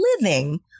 living